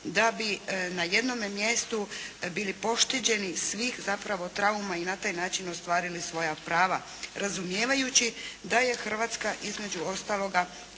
da bi na jednome mjestu bili pošteđeni svih zapravo trauma i na taj način ostvarili svoja prava razumijevajući da je Hrvatska između ostaloga